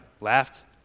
laughed